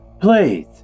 Please